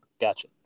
Gotcha